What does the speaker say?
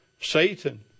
Satan